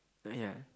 ya